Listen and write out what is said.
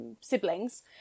siblings